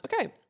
Okay